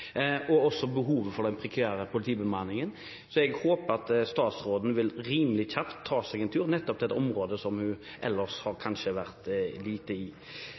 og også det prekære behovet for politibemanning. Så jeg håper at statsråden rimelig kjapt vil ta seg en tur til et område hun kanskje har vært lite i.